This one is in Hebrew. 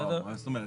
לא, מה זאת אומרת?